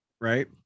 right